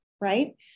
right